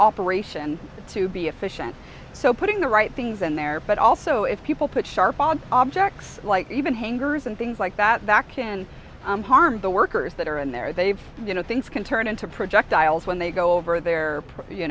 operation to be efficient so putting the right things in there but also if people put sharp on objects like even hangers and things like that back in harm the workers that are in there they've you know things can turn into projectiles when they go over there you